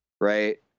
right